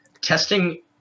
Testing